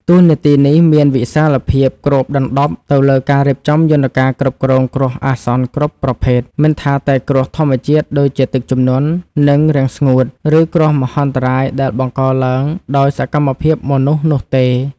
តួនាទីនេះមានវិសាលភាពគ្របដណ្ដប់ទៅលើការរៀបចំយន្តការគ្រប់គ្រងគ្រោះអាសន្នគ្រប់ប្រភេទ មិនថាតែគ្រោះធម្មជាតិដូចជាទឹកជំនន់ និងរាំងស្ងួត ឬគ្រោះមហន្តរាយដែលបង្កឡើងដោយសកម្មភាពមនុស្សនោះទេ។